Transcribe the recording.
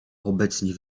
obecnie